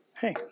Hey